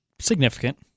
Significant